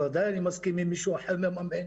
בוודאי שאני מסכים אם מישהו אחר מממן.